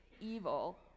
evil